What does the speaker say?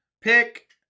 pick